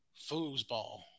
Foosball